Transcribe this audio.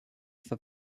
that